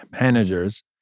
managers